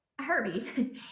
Herbie